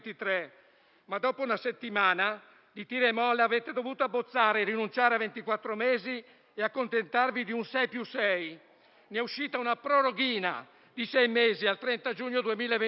Ma, dopo una settimana di tira e molla, avete dovuto abbozzare, rinunciare ai ventiquattro mesi e accontentarvi di un 6+6: ne è uscita una proroghina di sei mesi al 30 giugno 2022